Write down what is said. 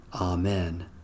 Amen